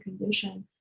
condition